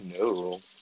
no